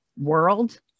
world